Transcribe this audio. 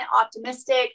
optimistic